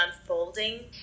unfolding